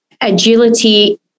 agility